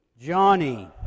Johnny